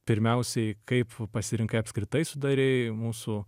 pirmiausiai kaip pasirinkai apskritai sudarei mūsų